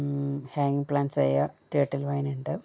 ഹാങ്ങിങ് പ്ലാൻസ്ആയ ടെർട്ടിൽ വൈൻനുണ്ട്